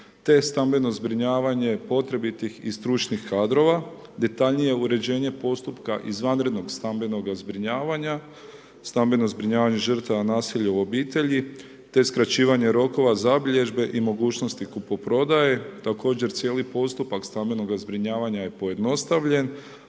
te stambeno zbrinjavanje potrebitih i stručnih kadrova. Detaljnije uređenje postupka izvanrednoga stambenog zbrinjavanja. Stambeno zbrinjavanje žrtava nasilja u obitelji, te skraćivanja rokova zabilježbe i mogućnosti kupoprodaje. Također cijeli postupak stambenoga zbrinjavanja je pojednostavljen,